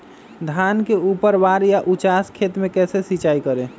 धान के ऊपरवार या उचास खेत मे कैसे सिंचाई करें?